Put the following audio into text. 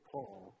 Paul